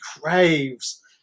craves –